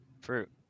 fruit